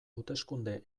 hauteskunde